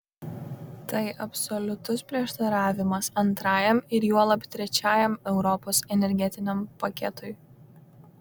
tai absoliutus prieštaravimas antrajam ir juolab trečiajam europos energetiniam paketui